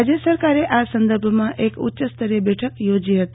રાજય સરકારે આ સંદર્ભમમાં એક ઉચ્યસ્તરીય બેઠક યોજી હતી